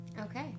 okay